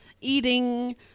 eating